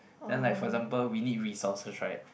then like for example we need resources right